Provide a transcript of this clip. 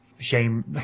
Shame